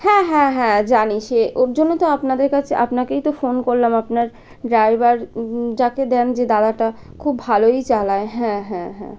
হ্যাঁ হ্যাঁ হ্যাঁ জানি সে ওর জন্য তো আপনাদের কাছে আপনাকেই তো ফোন করলাম আপনার ড্রাইভার যাকে দেন যে দাদাটা খুব ভালোই চালায় হ্যাঁ হ্যাঁ হ্যাঁ